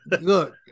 look